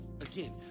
Again